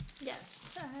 Yes